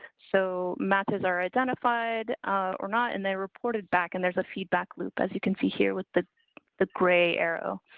so matches are identified or not and they reported back and there's a feedback loop as you can see here with the the gray arrow.